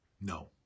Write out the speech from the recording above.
No